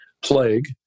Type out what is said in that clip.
plague